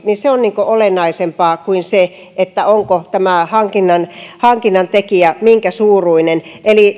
niin se on olennaisempaa kuin se onko tämä hankinnan hankinnan tekijä minkä suuruinen eli